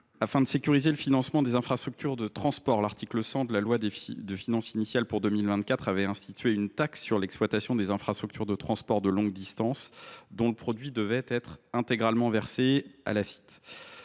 Afin de sécuriser le financement des infrastructures de transport, l’article 100 de la loi de finances initiales pour 2024 avait institué une taxe sur l’exploitation des infrastructures de transport de longue distance, dont le produit devait être intégralement versé à l’Agence